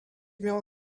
miało